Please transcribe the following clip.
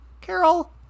Carol